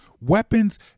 Weapons